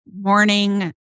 morning